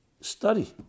study